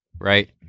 right